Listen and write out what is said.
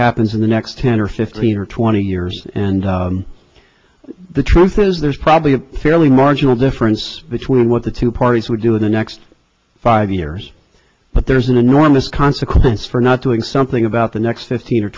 happens in the next ten or fifteen or twenty years and the truth is there's probably a fairly marginal difference between what the two parties would do in the next five years but there's an enormous consequence for not doing something about the next fifteen or